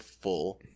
full